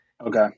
Okay